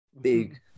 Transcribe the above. big